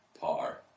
par